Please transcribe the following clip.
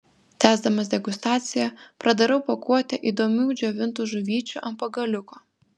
tęsdamas degustaciją pradarau pakuotę įdomių džiovintų žuvyčių ant pagaliuko